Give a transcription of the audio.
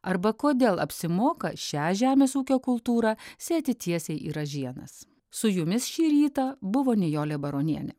arba kodėl apsimoka šią žemės ūkio kultūrą sėti tiesiai į ražienas su jumis šį rytą buvo nijolė baronienė